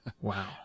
wow